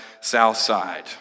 Southside